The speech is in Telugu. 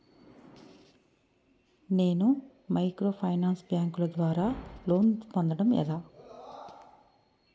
నేను మైక్రోఫైనాన్స్ బ్యాంకుల ద్వారా లోన్ పొందడం ఎలా?